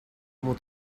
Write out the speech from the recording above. able